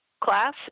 class